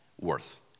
worth